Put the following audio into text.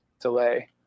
delay